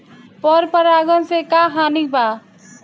पर परागण से का हानि बा?